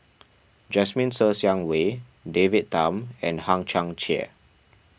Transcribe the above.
Jasmine Ser Xiang Wei David Tham and Hang Chang Chieh